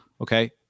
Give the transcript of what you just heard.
Okay